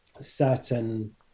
certain